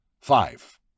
Five